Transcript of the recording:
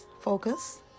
focus